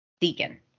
Deacon